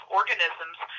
organisms